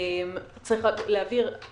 צריך להבהיר,